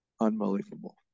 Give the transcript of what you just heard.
Unbelievable